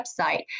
website